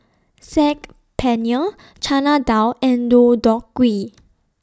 Saag Paneer Chana Dal and Deodeok Gui